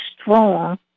strong